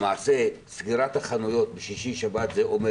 למעשה סגירת החנויות בשישי-שבת זה אומר